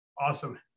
Awesome